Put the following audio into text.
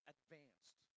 Advanced